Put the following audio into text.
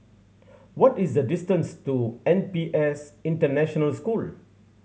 what is the distance to N P S International School